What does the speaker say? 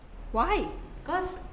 why